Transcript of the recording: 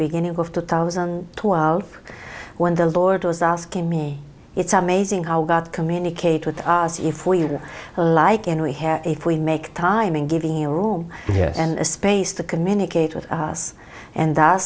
beginning of two thousand and twelve when the lord was asking me it's amazing how god communicate with us if we like and we have if we make time in giving a room and a space to communicate with us and our